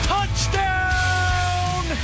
Touchdown